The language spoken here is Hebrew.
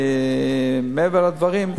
מעבר לדברים,